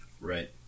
Right